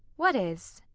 what is?